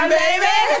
baby